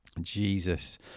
Jesus